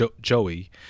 Joey